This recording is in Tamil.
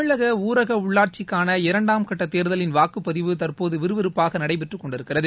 தமிழக ஊரக உள்ளாட்சிக்கான இரண்டாம் கட்ட தேர்தலின் வாக்குப்பதிவு தற்போது விறுவிறுப்பாக நடைபெற்றுக் கொண்டிருக்கிறது